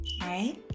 right